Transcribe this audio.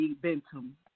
Bentham